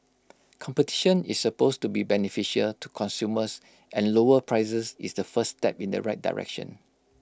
competition is supposed to be beneficial to consumers and lower prices is the first step in the right direction